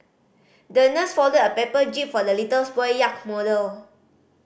the nurse folded a paper jib for the little boy yacht model